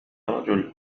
رجل